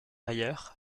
ailleurs